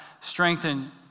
strengthen